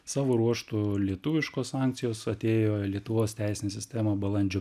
savo ruožtu lietuviškos sankcijos atėjo į lietuvos teisinę sistemą balandžio